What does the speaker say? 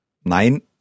Nein